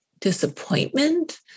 disappointment